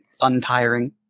untiring